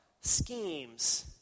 schemes